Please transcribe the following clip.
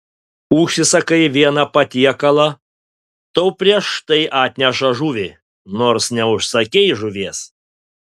užsisakai vieną patiekalą tau prieš tai atneša žuvį nors neužsakei žuvies